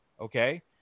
okay